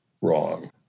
wrong